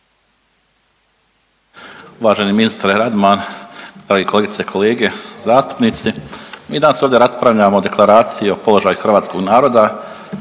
Uvaženi ministre Radman, drage kolegice i kolege zastupnici, mi danas ovdje raspravljamo o Deklaraciji o položaju hrvatskog naroda